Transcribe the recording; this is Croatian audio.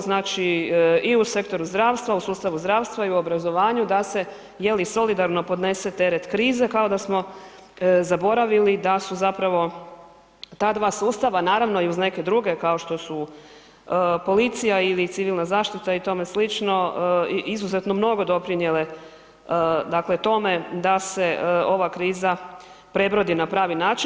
Znači i u sektoru zdravstva, u sustavu zdravstva i u obrazovanju da se je li solidarno podnese teret krize kao da smo zaboravili da su zapravo ta 2 sustava naravno i uz neke druge kao što su policija ili civilna zaštita i tome slično izuzetno mnogo doprinijele dakle tome da se ova kriza prebrodi na pravi način.